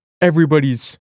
everybody's